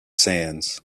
sands